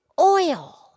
oil